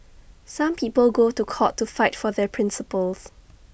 some people go to court to fight for their principles